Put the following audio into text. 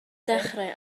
dechrau